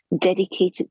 dedicated